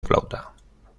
flauta